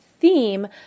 theme